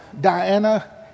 Diana